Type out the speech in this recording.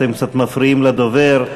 אתם קצת מפריעים לדובר.